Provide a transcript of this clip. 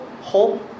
hope